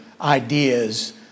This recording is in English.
ideas